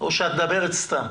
שאת מדברת סתם?